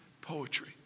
poetry